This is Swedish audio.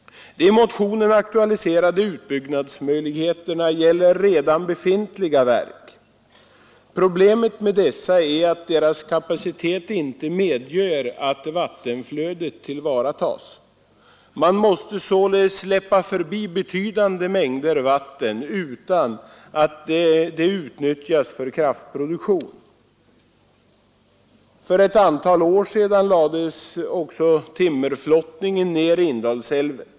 De i motionen aktualiserade utbyggnadsmöjligheterna gäller redan väsentliga verk. Problemet med dessa är att deras kapacitet inte medger att vattenflödet fullt ut tillvaratas. Man måste således släppa förbi betydande mängder vatten utan att de utnyttjas för kraftproduktion. För ett antal år sedan upphörde också timmerflottningen i Indalsälven.